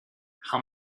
how